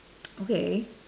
okay